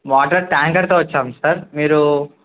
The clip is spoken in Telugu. వాటర్ ట్యాంకర్తో వచ్చాము సార్ మీరు